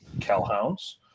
Calhouns